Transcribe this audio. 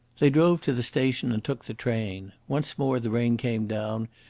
they drove to the station and took the train. once more the rain came down,